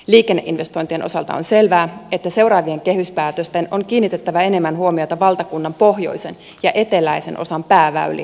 liikenneinvestointien osalta on selvää että seuraavien kehyspäätösten on kiinnitettävä enemmän huomiota valtakunnan pohjoisen ja eteläisen osan pääväyliin